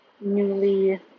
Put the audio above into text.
newly